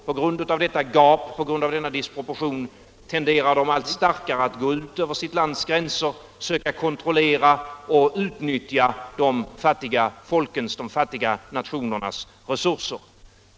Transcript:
På grund av denna disproportion tenderar de allt starkare att gå ut över sitt lands gränser, söka kontrollera och utnyttja de fattiga nationernas resurser.